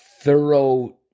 thorough